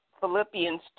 Philippians